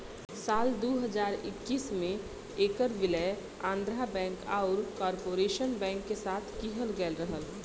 साल दू हज़ार इक्कीस में ऐकर विलय आंध्रा बैंक आउर कॉर्पोरेशन बैंक के साथ किहल गयल रहल